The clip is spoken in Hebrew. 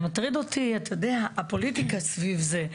מטריד אותי הפוליטיקה סביב זה.